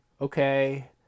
okay